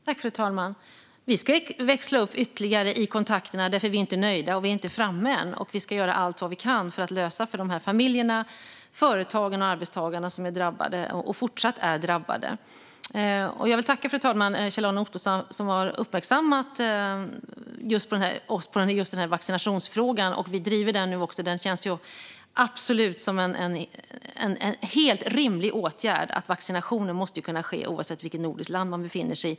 Fru talman! Vi ska växla upp ytterligare i kontakterna, för vi är inte nöjda och inte framme än. Vi ska göra allt vi kan för att lösa detta för de drabbade familjerna, företagen och arbetstagarna. Jag tackar Kjell-Arne Ottosson för att han har uppmärksammat oss på vaccinationsfrågan, och nu driver vi den. Vaccinationer måste ju kunna ske oavsett vilket nordiskt land man befinner sig i.